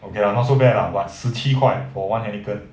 okay lah not so bad ah but 十七块 for one Heineken